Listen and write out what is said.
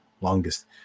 longest